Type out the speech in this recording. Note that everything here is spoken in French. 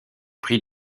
prix